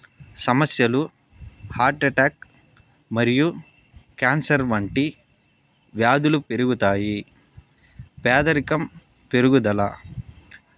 సమస్యలు heart attack మరియు cancer వంటి వ్యాధులు పెరుగుతాయి పేదరికం పెరుగుదల